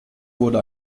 wurde